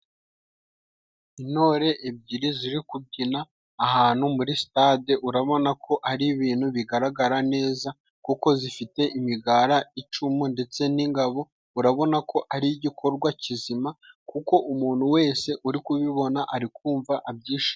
Intore ebyiri ziri kubyina ahantu muri sitade， urabona ko ari ibintu bigaragara neza， kuko zifite imigara， icumu ndetse n'ingabo， urabona ko ari igikorwa kizima， kuko umuntu wese uri kubibona ari kumva abyishimiye.